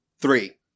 three